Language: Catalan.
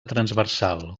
transversal